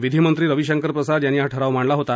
विधीमंत्री रवीशंकर प्रसाद यांनी हा ठराव मांडला होता